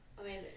Amazing